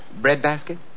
breadbasket